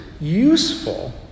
useful